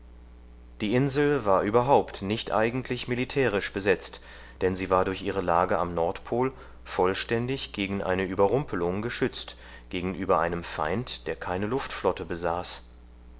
die insel war überhaupt nicht eigentlich militärisch besetzt denn sie war durch ihre lage am nordpol vollständig gegen eine überrumpelung geschützt gegenüber einem feind der keine luftflotte besaß